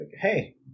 Hey